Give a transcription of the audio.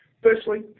Firstly